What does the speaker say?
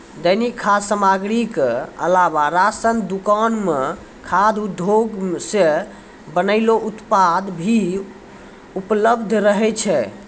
दैनिक खाद्य सामग्री क अलावा राशन दुकान म खाद्य उद्योग सें बनलो उत्पाद भी उपलब्ध रहै छै